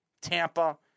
Tampa